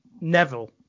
Neville